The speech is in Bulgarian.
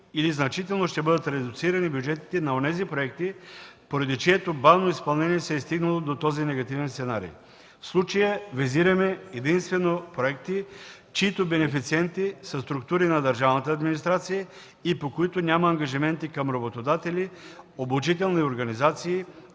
или значително ще бъдат редуцирани бюджетите на онези проекти, поради чието бавно изпълнение се е стигнало до този негативен сценарий. В случая визираме единствено проекти, чиито бенефициенти са структури на държавната администрация и по които няма ангажименти към работодатели, обучителни организации